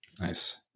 nice